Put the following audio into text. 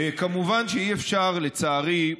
כמובן שאי-אפשר, לצערי,